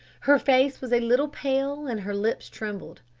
her face was a little pale and her lips trembled.